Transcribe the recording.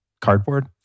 cardboard